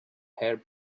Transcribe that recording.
hair